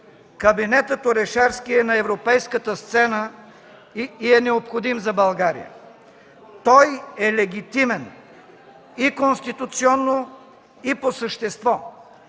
кабинетът Орешарски е на европейската сцена и е необходим за България! Той е легитимен – и конституционно, и по същество!